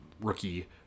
rookie